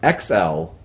XL